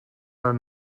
are